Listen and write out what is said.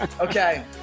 Okay